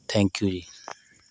thank you ਜੀ